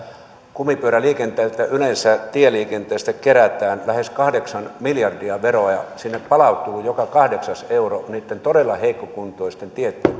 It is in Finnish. kumipyöräliikenteeltä yleensä tieliikenteestä kerätään lähes kahdeksan miljardia veroa ja sinne palautuu joka kahdeksas euro todella heikkokuntoisen